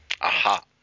Aha